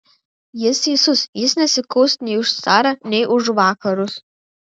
jis teisus jis nesikaus nei už carą nei už vakarus